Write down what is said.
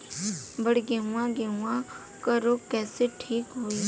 बड गेहूँवा गेहूँवा क रोग कईसे ठीक होई?